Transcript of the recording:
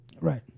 Right